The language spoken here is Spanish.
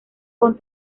con